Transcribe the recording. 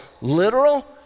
literal